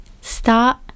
Start